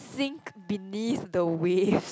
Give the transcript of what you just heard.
think beneath the ways